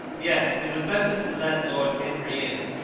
yes, it was better to let lord henry in,